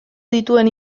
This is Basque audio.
dituen